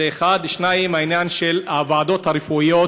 זה, 1. דבר שני העניין של הוועדות הרפואיות